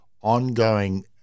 ongoing